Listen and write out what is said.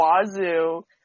Wazoo